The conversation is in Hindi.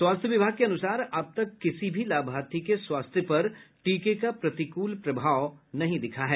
स्वास्थ्य विभाग के अनुसार अब तक किसी भी लाभार्थी के स्वास्थ्य पर टीके का प्रतिकूल प्रभाव नहीं दिखा है